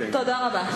תודה רבה.